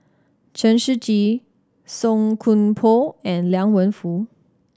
Chen Shiji Song Koon Poh and Liang Wenfu